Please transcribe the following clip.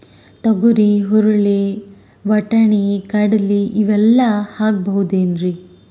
ತೊಗರಿ, ಹುರಳಿ, ವಟ್ಟಣಿ, ಕಡಲಿ ಇವೆಲ್ಲಾ ಹಾಕಬಹುದೇನ್ರಿ?